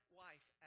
wife